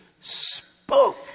spoke